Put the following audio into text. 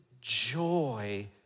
joy